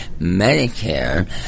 Medicare